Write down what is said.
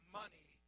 money